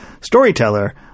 storyteller